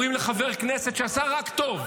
אומרים לחבר כנסת שעשה רק טוב,